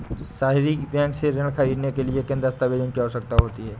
सहरी बैंक से ऋण ख़रीदने के लिए किन दस्तावेजों की आवश्यकता होती है?